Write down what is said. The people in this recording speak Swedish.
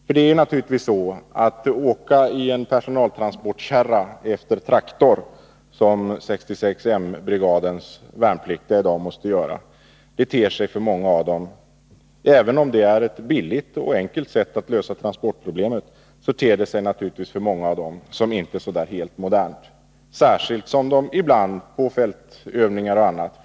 Som det är i dag måste 66 M-brigadens värnpliktiga åka i personaltransportkärror efter traktor. Även om det är ett billigt och enkelt sätt att lösa transportproblemet på, ter det sig ur många värnpliktigas synpunkt inte helt modernt, särskilt som de värnpliktiga ibland i samband med fältövningar etc.